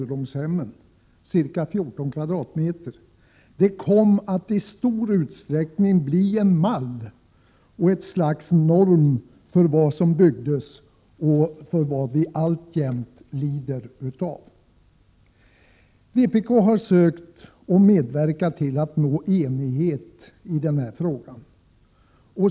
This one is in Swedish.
1987/88:126 ålderdomshemmen, ca 14 m?, kom att i stor utsträckning bli en mall eller ett 25 maj 1988 slags norm för vad som byggdes, något som vi alltjämt får lida av. Vpk har sökt att medverka till att det skall nås enighet i denna fråga.